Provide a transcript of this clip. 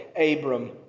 Abram